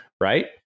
right